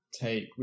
take